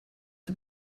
het